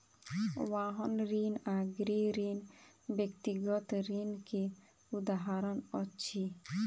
वाहन ऋण आ गृह ऋण व्यक्तिगत ऋण के उदाहरण अछि